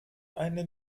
eine